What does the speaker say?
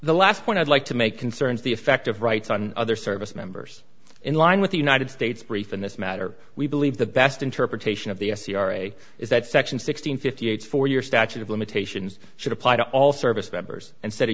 the last point i'd like to make concerns the effect of rights on other service members in line with the united states brief in this matter we believe the best interpretation of the c r a is that section six hundred fifty eight for your statute of limitations should apply to all service members